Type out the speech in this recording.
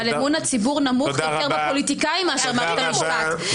אבל אמון הציבור נמוך יותר בפוליטיקאים מאשר במערכת המשפט.